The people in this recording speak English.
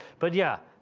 but yeah,